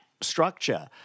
structure